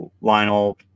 Lionel